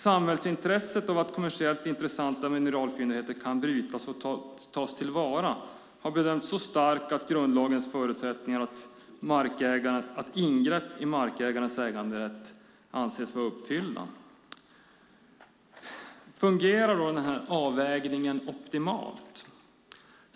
Samhällsintresset av att kommersiellt intressanta mineralfyndigheter kan brytas och tas till vara har bedömts så starkt att grundlagens förutsättningar för ingrepp i markägarnas äganderätt anses vara uppfyllda. Fungerar då den här avvägningen optimalt?